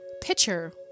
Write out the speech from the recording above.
pitcher